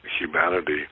humanity